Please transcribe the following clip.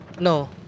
No